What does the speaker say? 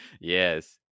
Yes